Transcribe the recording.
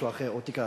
או לתיק האוצר,